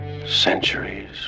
Centuries